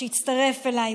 שהצטרף אליי,